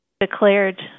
declared